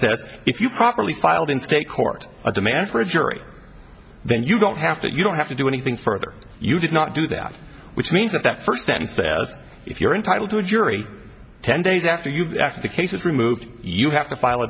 says if you properly filed in state court a demand for a jury then you don't have to you don't have to do anything further you did not do that which means that that first sentence says if you're entitled to a jury ten days after you've asked the case is removed you have to file a